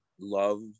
love